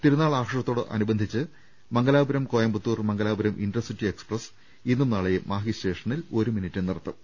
തിരുനാൾ ആഘോഷത്തോട നുബന്ധിച്ച് Mangalapuram Coimbatore Mangalapuram intercity express ഇന്നും നാളെയും മാഹി സ്റ്റേഷനിൽ ഒരു മിനിറ്റ് നിർത്തും